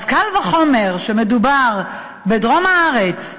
אז קל וחומר כשמדובר בדרום הארץ,